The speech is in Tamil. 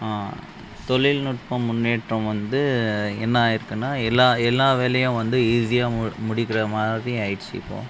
தொழில்நுட்பம் முன்னேற்றம் வந்து என்னா ஆயிருக்குன்னா எல்லா எல்லா வேலையும் வந்து ஈஸியாக மு முடிக்கிற மாதிரி ஆயிடுச்சு இப்போ